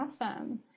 awesome